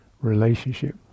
relationship